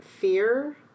Fear